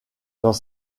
dans